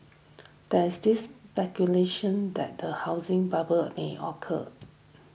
there is this speculation that a housing bubble may occur